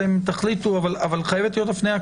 אתם תחליטו, אבל חייבת להיות הפניה.